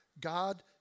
God